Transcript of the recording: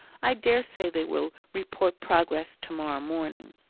i dare say they will report progress to-morrow morning.